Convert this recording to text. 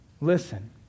Listen